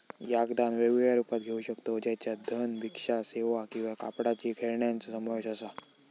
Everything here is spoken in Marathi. याक दान वेगवेगळ्या रुपात घेऊ शकतव ज्याच्यात धन, भिक्षा सेवा किंवा कापडाची खेळण्यांचो समावेश असा